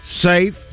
safe